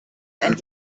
and